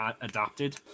adapted